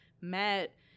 Met